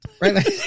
Right